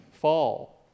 fall